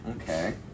Okay